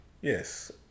Yes